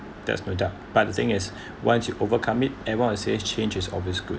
that's no doubt but the thing is once you overcome it everyone will say change is always good